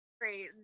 Great